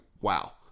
wow